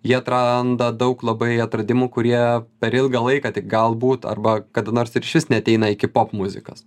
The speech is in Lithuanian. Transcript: jie atranda daug labai atradimų kurie per ilgą laiką tik galbūt arba kada nors ir išvis neateina iki popmuzikos